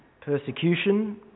persecution